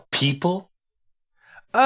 people